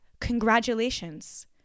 congratulations